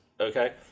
okay